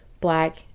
black